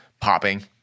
popping